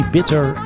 Bitter